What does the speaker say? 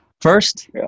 First